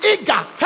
eager